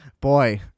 Boy